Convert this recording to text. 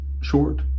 short